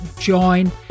join